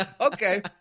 Okay